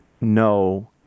No